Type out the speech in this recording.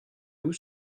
vous